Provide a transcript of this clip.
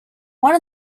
one